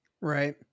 Right